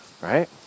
right